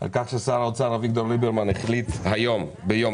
שר האוצר אביגדור ליברמן החליט היום, ביום